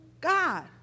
God